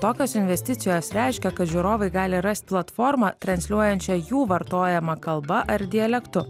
tokios investicijos reiškia kad žiūrovai gali rast platformą transliuojančią jų vartojama kalba ar dialektu